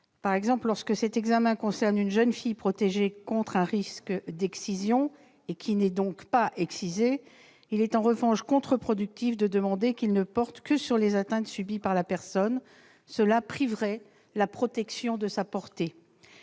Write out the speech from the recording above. Par exemple, lorsque cet examen concerne une jeune fille protégée contre un risque d'excision- elle n'est donc pas excisée -, il est contre-productif de demander qu'il ne porte que sur les atteintes subies par la personne. Cela priverait la protection de sa portée.